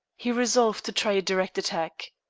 he resolved to try a direct attack.